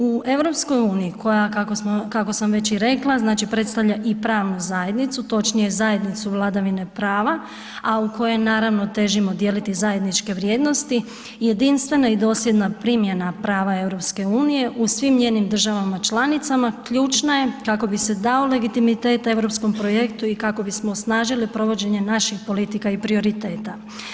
U EU koja je kako sam već i rekla predstavlja i pravnu zajednicu, točnije zajednicu vladavine prava, a u koje naravno težimo dijeliti zajedničke vrijednosti, jedinstvena i dosljedna primjena prava EU u svim njenim državama članicama ključna je kako bi se dao legitimitet europskom projektu i kako bismo osnažili provođenje naših politika i prioriteta.